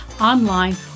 online